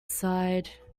sighed